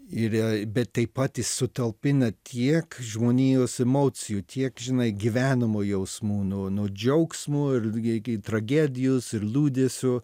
ir bet taip pat jis sutalpina tiek žmonijos emocijų tiek žinai gyvenimui jausmų nuo nuo džiaugsmo ir iki tragedijos ir liūdesio